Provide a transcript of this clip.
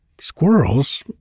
squirrels